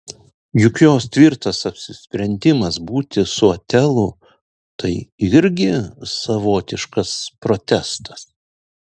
juk jos tvirtas apsisprendimas būti su otelu tai irgi savotiškas protestas